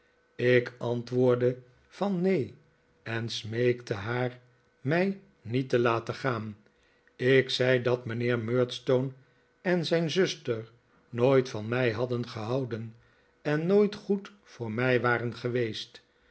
ik antwoordde van neen en smeekte haar mij niet te laten gaan ik zei dat mijnheer murdstone en zijn zuster nooit van mij hadden gehouden en nooit goed voor mij waren geweest